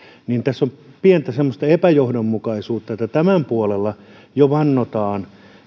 tässä on pientä epäjohdonmukaisuutta että tämän puolella jo vannotaan